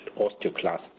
osteoclasts